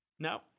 No